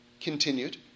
continued